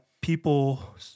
people